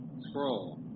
scroll